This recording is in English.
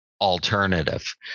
alternative